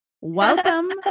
welcome